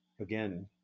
again